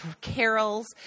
carols